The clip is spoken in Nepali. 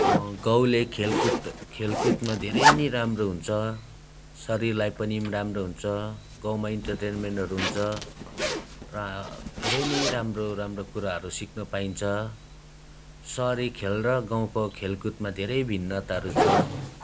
गाउँले खेलकुद खेलकुदमा धेरै नै राम्रो हुन्छ शरीरलाई पनि राम्रो हुन्छ गाउँमा इन्टरटेन्मेन्टहरू हुन्छ र धेरै नै राम्रो राम्रो कुराहरू सिक्न पाइन्छ सहरी खेल र गाउँको खेलकुदमा धेरै भिन्नताहरू छ